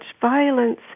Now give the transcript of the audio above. violence